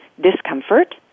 discomfort